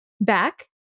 back